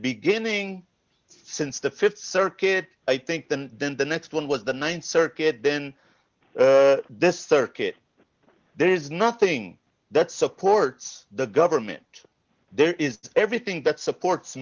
beginning since the th circuit i think that then the next one was the th circuit then this circuit there is nothing that supports the government there is everything that supports